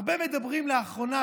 הרבה מדברים לאחרונה,